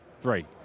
Three